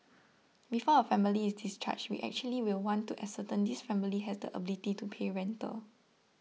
before a family is discharged we actually will want to ascertain this family has the ability to pay rental